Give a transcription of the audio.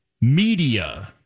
Media